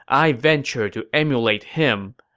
i venture to emulate him.